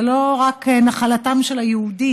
זה לא רק נחלתם של היהודים.